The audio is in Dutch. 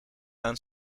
aan